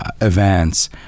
events